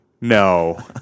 No